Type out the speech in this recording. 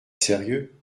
sérieux